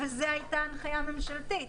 וזו הייתה הנחיה ממשלתית.